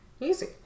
Easy